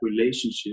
relationship